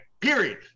Period